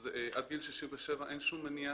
אז עד גיל 67 אין שום מניעה,